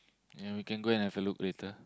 ya we can go and have a look later